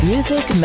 Music